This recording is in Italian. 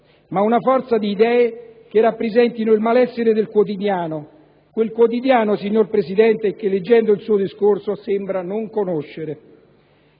ma una forza di idee che rappresentino il malessere del quotidiano, quel quotidiano - signor Presidente - che, leggendo il suo discorso, lei sembra non conoscere.